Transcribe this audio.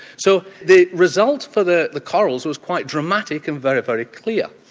so the result for the the corals was quite dramatic and very very clear,